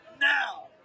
now